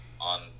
on